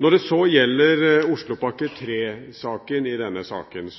Når det gjelder Oslopakke 3 i denne saken,